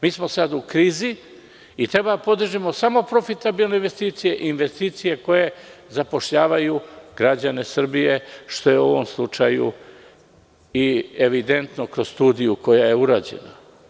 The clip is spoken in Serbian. Mi smo sada u krizi i treba da podržimo samo profitabilne investicije i investicije koje zapošljavaju građane Srbije, što je u ovom slučaju i evidentno kroz studiju koja je urađena.